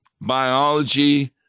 Biology